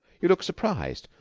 you look surprized?